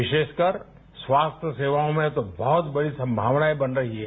विशेषकर स्वास्थ्य सेवाओं में तो बहुत बड़ी संभावनाएं बन रही हैं